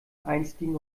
einstigen